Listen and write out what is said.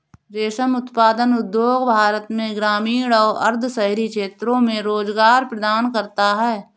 रेशम उत्पादन उद्योग भारत में ग्रामीण और अर्ध शहरी क्षेत्रों में रोजगार प्रदान करता है